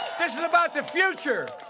this is about the future.